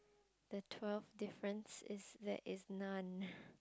the twelfth difference is there is none